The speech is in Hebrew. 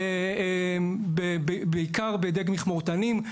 בעיקר בדיג מכמורתנים,